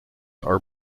are